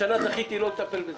השנה זכיתי לא לטפל בזה,